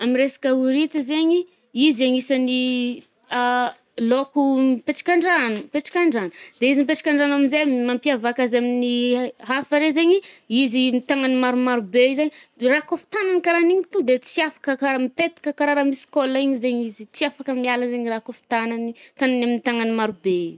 Amy resaka horita zaigny, izy agnisan’ny laoko mipetraka an-dragno- mipetraka an-drano. De izy mipetraka an-drano am'jay, mampiavaka azy amin’ny hafa re zaigny izy tagnany maromaro be i zay. raha kaofa itagnany karaha an’igny to de tsy afaka karaha raha mipetaka karaha raha misy colle igny zaigny izy. Tsy afaka miala zaigny raha kaofa tagnany, tagniny amy tagnany maro be igny.